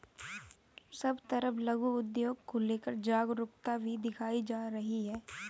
सब तरफ लघु उद्योग को लेकर जागरूकता भी दिखाई जा रही है